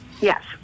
Yes